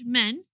men